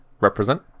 Represent